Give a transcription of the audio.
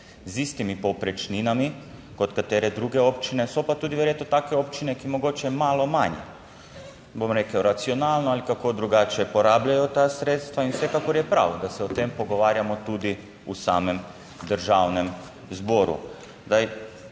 z istimi povprečninami kot katere druge občine. So pa tudi verjetno take občine, ki mogoče malo manj, bom rekel, racionalno ali kako drugače porabljajo ta sredstva in vsekakor je prav, da se o tem pogovarjamo tudi v samem Državnem zboru.